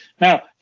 Now